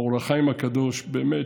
אור החיים הקדוש באמת